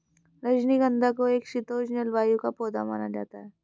रजनीगंधा को एक शीतोष्ण जलवायु का पौधा माना जाता है